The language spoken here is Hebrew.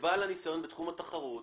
כבעל הניסיון בתחום התחרות,